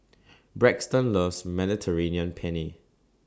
Braxton loves Mediterranean Penne